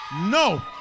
No